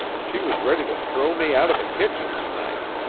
she was ready to throw me out of the kitchen to-night.